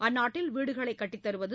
அந்நாட்டில் வீடுகளை கட்டிதருவது